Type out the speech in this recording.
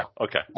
okay